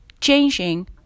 changing